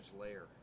layer